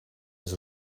his